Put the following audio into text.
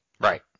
right